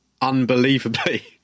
unbelievably